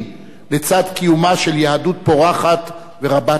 לצד קיומה של יהדות פורחת ורבת השפעה.